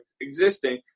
existing